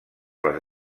les